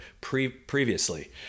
previously